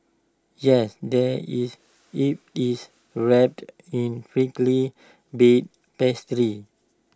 yes there is if it's wrapped in flaky baked pastry